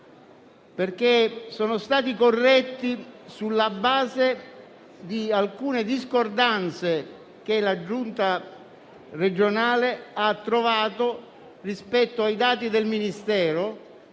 quanto sono stati corretti sulla base di alcune discordanze che la Giunta regionale ha riscontrato rispetto ai dati del Ministero.